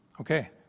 Okay